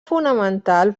fonamental